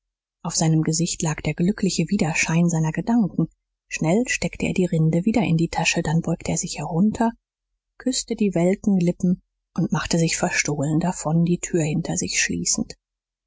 auf seinem gesicht lag der glückliche widerschein seiner gedanken schnell steckte er die rinde wieder in die tasche dann beugte er sich herunter küßte die welken lippen und machte sich verstohlen davon die tür hinter sich schließend